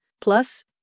plus